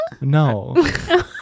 No